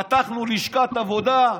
פתחנו לשכת עבודה,